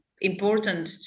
important